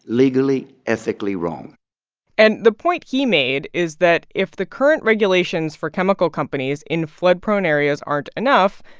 legally, ethically wrong and the point he made is that if the current regulations for chemical companies in flood-prone areas aren't enough,